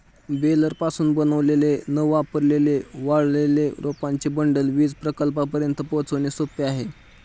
बेलरपासून बनवलेले न वापरलेले वाळलेले रोपांचे बंडल वीज प्रकल्पांपर्यंत पोहोचवणे सोपे आहे